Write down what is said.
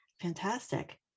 fantastic